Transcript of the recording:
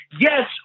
yes